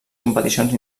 competicions